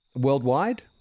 Worldwide